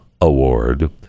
Award